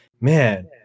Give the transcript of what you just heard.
man